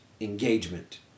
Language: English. engagement